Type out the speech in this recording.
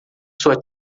sua